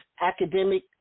academic